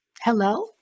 hello